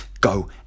go